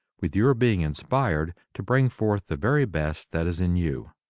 with your being inspired to bring forth the very best that is in you.